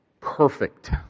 perfect